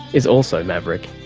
is also maverick.